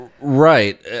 Right